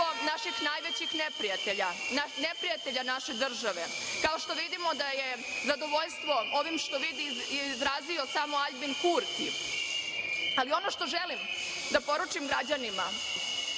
naših najvećih neprijatelja naše države kao što vidimo da je zadovoljstvo ovim što vidi, izrazio samo Aljbin Kurti. Ono što želim da poručim građanima